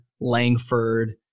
Langford